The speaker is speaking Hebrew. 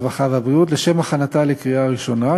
הרווחה והבריאות לשם הכנתה לקריאה ראשונה.